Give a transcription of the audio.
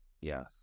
Yes